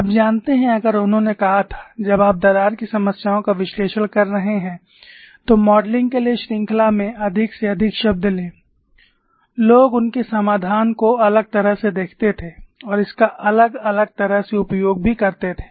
आप जानते हैं अगर उन्होंने कहा था जब आप दरार की समस्याओं का विश्लेषण कर रहे हैं तो मॉडलिंग के लिए श्रृंखला में अधिक से अधिक शब्द लें लोग उनके समाधान को अलग तरह से देखते थे और इसका अलग अलग तरह से उपयोग भी करते थे